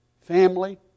family